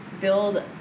build